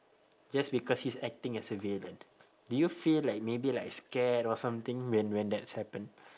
just because he's acting as a villain do you feel like maybe like scared or something when when that's happen